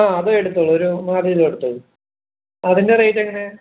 ആ അത് എടുത്തോളു ഒരു നാലു കിലോ എടുത്തോളൂ അതിൻ്റെ റേറ്റ് എങ്ങനെയാ